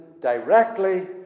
directly